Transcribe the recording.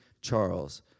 Charles